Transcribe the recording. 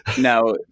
Now